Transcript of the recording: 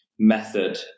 method